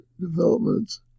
developments